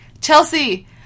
Chelsea